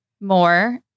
more